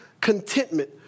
contentment